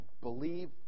believe